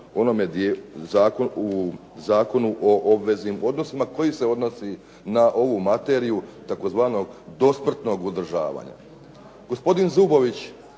u Zakonu o obveznim odnosima koji se odnosi na ovu materiju tzv. dosmrtnog uzdržavanja.